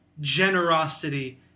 generosity